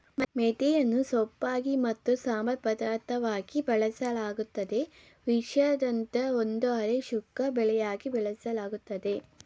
ಮೆಂತೆಯನ್ನು ಸೊಪ್ಪಾಗಿ ಮತ್ತು ಸಂಬಾರ ಪದಾರ್ಥವಾಗಿ ಬಳಸಲಾಗ್ತದೆ ವಿಶ್ವಾದ್ಯಂತ ಒಂದು ಅರೆ ಶುಷ್ಕ ಬೆಳೆಯಾಗಿ ಬೆಳೆಸಲಾಗ್ತದೆ